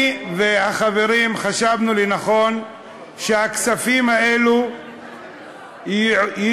אני והחברים חשבנו שנכון שהכספים האלו ייועדו,